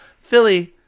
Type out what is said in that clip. Philly